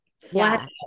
flat